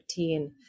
13